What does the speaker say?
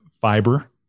fiber